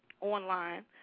online